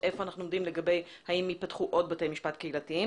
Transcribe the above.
היכן אנחנו עומדים והאם ייפתחו עוד בתי משפט קהילתיים.